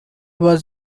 was